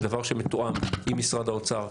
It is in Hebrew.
זה דבר שמתואם עם משרד האוצר,